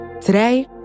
Today